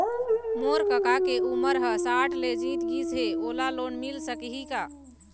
मोर कका के उमर ह साठ ले जीत गिस हे, ओला लोन मिल सकही का?